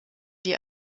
die